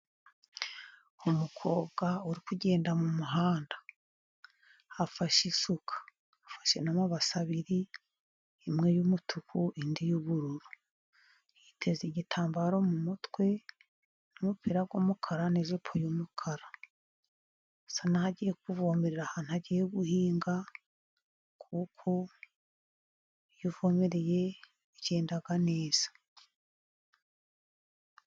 Umukobwa uri ugenda mu muhanda afashe isuka, afashe n'amabase abiri ,imwe y'umutuku indi y'ubururu ,yiteze igitambaro mu mutwe, n'umupira w'umukara n'ijipo y'umukara, asa n'ugiye kuvomerera ahantu bagiye guhinga, kuko ivomereye bigenda neza.